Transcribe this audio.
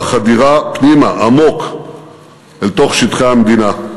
חדירה פנימה עמוק אל תוך שטחי המדינה.